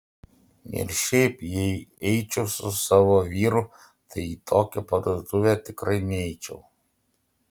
ir šiaip jei eičiau su savo vyru tai į tokią parduotuvę tikrai neičiau